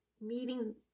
meeting